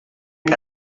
que